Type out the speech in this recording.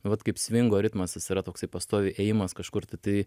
vat kaip svingo ritmas jis yra toksai pastoviai ėjimas kažkur tai